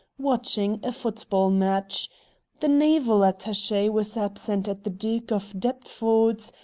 watching a foot-ball match the naval attache was absent at the duke of deptford's,